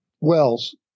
Wells